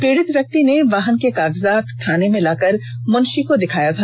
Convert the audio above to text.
पीड़ित व्यक्ति ने वाहन के कागजात थाना में जाकर मुंशी को दिखाया था